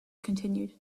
continued